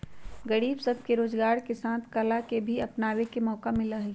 गरीब सब के रोजगार के साथ साथ कला के भी अपनावे के मौका मिला हई